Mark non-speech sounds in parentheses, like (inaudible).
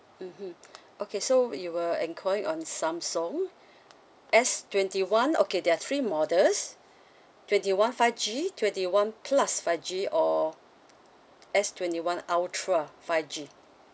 mmhmm (breath) okay so you were enquiring on Samsung (breath) S twenty one okay there are three models (breath) twenty one five G twenty one plus five G or S twenty one ultra five G